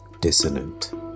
dissonant